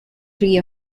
three